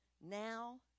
Now